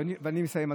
ואני מסיים,